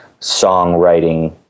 songwriting